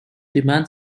demand